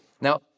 Now